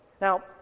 Now